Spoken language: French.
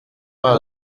pas